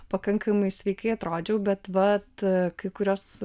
pakankamai sveikai atrodžiau bet vat kai kurios